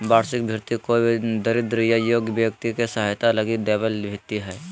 वार्षिक भृति कोई दरिद्र या योग्य व्यक्ति के सहायता लगी दैबल भित्ती हइ